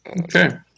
Okay